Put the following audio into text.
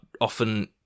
often